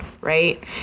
right